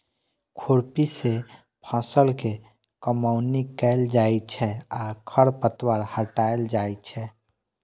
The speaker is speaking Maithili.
खुरपी सं फसल के कमौनी कैल जाइ छै आ खरपतवार हटाएल जाइ छै